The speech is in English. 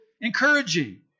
encouraging